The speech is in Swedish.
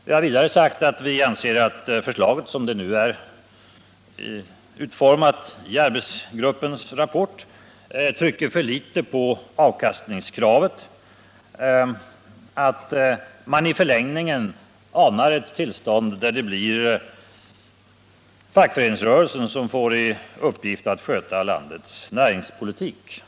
Vi har vidare sagt att vi anser att förslaget, såsom det nu är utformat i arbetsgruppens rapport, trycker för litet på avkastningskravet och att man i förlängningen anar ett tillstånd där det blir fackföreningsrörelsen som får i uppgift att sköta landets näringspolitik.